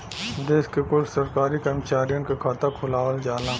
देश के कुल सरकारी करमचारियन क खाता खुलवावल जाला